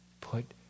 Put